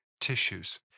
tissues